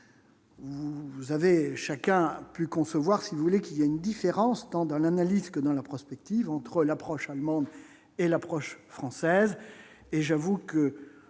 vous avez chacun a pu concevoir si vous voulez qu'il y a une différence tant dans l'analyse que dans la prospective entre l'approche allemande et l'approche française